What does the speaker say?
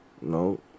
No